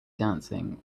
dancing